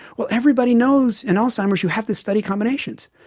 well, everybody knows in alzheimer's you have to study combinations.